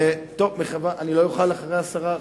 אני לא אוכל לעלות אחרי תשובת השרה?